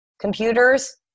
Computers